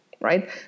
Right